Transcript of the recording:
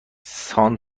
سایز